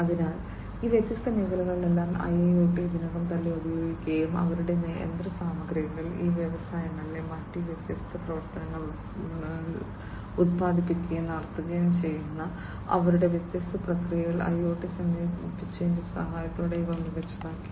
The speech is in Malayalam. അതിനാൽ ഈ വ്യത്യസ്ത മേഖലകളിലെല്ലാം IIoT ഇതിനകം തന്നെ ഉപയോഗിക്കുകയും അവരുടെ യന്ത്രസാമഗ്രികൾ ഈ വ്യവസായങ്ങളിലെ മറ്റ് വ്യത്യസ്ത പ്രവർത്തനങ്ങൾ ഉൽപ്പാദിപ്പിക്കുകയും നടത്തുകയും ചെയ്യുന്ന അവരുടെ വ്യത്യസ്ത പ്രക്രിയകൾ IoT സംയോജിപ്പിച്ചതിന്റെ സഹായത്തോടെ ഇവ മികച്ചതാക്കി